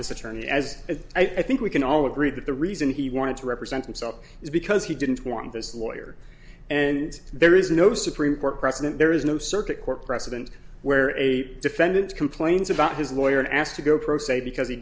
this attorney as i think we can all agree that the reason he wanted to represent himself is because he didn't want this lawyer and there is no supreme court precedent there is no circuit court precedent where a defendant complains about his lawyer asked to go pro se because he